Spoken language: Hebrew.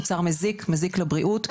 זה מוצר מזיק לבריאות,